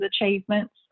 achievements